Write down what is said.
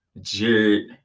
jared